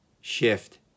shift